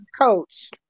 coach